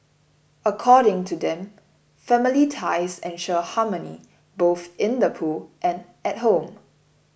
according to them family ties ensure harmony both in the pool and at home